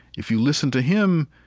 if you listen to him,